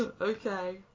Okay